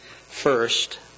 first